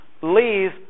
leave